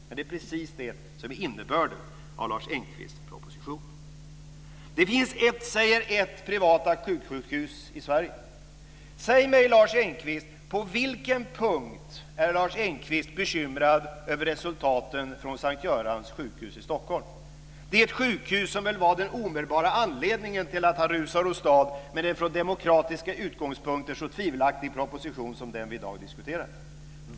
Men det är precis det som är innebörden i Lars Engqvist proposition. Det finns ett - jag säger ett - privat akutsjukhus i Sverige. Säg mig Lars Engqvist: På vilken punkt är Lars Enqvist bekymrad över resultaten från S:t Görans sjukhus i Stockholm? Det är det sjukhus som väl var den omedelbara anledningen till att han rusar åstad med en från demokratiska utgångspunkter så tvivelaktig proposition som den vi i dag diskuterar.